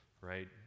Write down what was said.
right